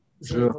Je